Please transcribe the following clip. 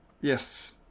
Yes